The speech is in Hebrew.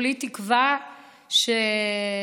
וכולי תקווה שנצליח